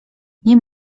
nie